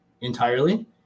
entirely